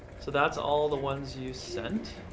so that's all the ones you sent?